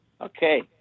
Okay